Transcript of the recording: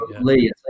Lee